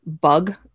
bug